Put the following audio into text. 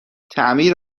تعمیر